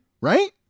right